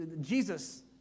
Jesus